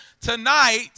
tonight